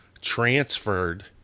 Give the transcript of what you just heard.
transferred